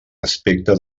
aspecte